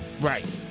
right